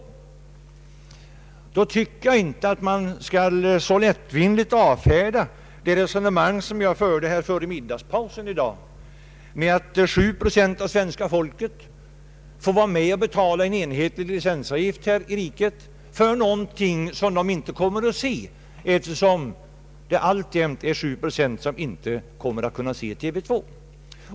Jag anser inte att man så lättvindigt skall avfärda mitt resonemang före middagspausen i dag, att sju procent av svenska folket får vara med och betala en enhetlig licensavgift för någonting som de inte har möjlighet att se.